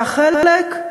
והחלק,